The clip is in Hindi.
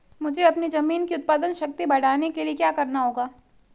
मुझे अपनी ज़मीन की उत्पादन शक्ति बढ़ाने के लिए क्या करना होगा?